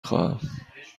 خواهم